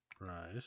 Right